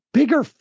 bigger